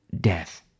death